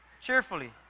cheerfully